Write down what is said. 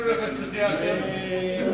אנחנו